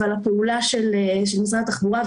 אבל הפעולה של משרד התחבורה,